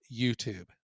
YouTube